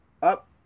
Up